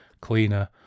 cleaner